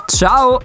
ciao